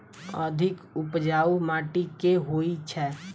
अधिक उपजाउ माटि केँ होइ छै?